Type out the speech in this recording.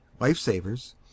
lifesavers